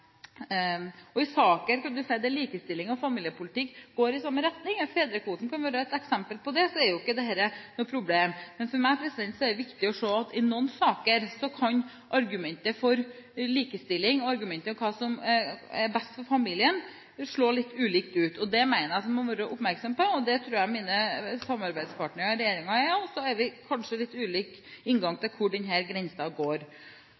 familien. I saker der likestilling og familiepolitikk går i samme retning – fedrekvoten kan være et eksempel på det – er jo ikke dette noe problem. Men for meg er det viktig å se at i noen saker kan argumentet for likestilling og argumentet for hva som er best for familien, slå litt ulikt ut. Det mener jeg vi må være oppmerksom på, og det tror jeg mine samarbeidspartnere i regjeringen er, men vi har kanskje litt ulik inngang til hvor denne grensen går.